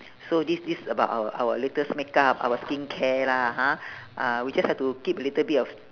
so this this about our our latest makeup our skincare lah ha ah we just have to keep a little bit of